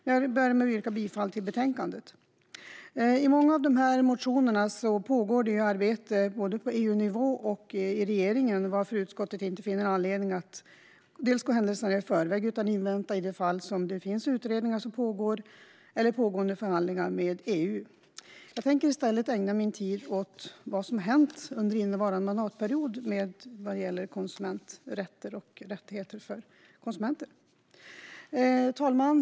Jag börjar med att yrka bifall till utskottets förslag i betänkandet. I många av de ämnen som behandlas i dessa motioner pågår det arbete både på EU-nivå och i regeringen, varför utskottet inte finner anledning att gå händelserna i förväg utan vill vänta i det fall det finns utredningar som pågår eller pågående förhandlingar med EU. Jag tänker i stället ägna min talartid åt vad som hänt under innevarande mandatperiod när det gäller rättigheter för konsumenter. Herr talman!